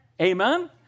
Amen